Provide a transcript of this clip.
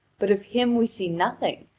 but of him we see nothing,